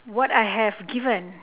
what I have given